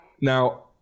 Now